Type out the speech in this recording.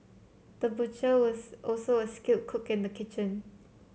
the butcher was also a skilled cook in the kitchen